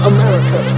America